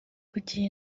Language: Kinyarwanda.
kugira